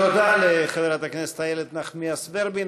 תודה לחברת הכנסת איילת נחמיאס ורבין.